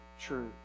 true